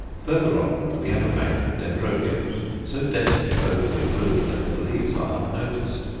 further on we have a bank of dendrobiums, so densely clothed in bloom that the leaves are unnoticed.